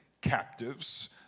captives